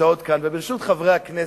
שנמצאות כאן, וברשות חברי הכנסת,